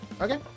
Okay